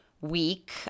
week